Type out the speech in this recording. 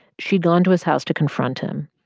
she'd gone to his house to confront him.